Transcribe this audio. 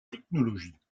technologies